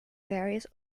various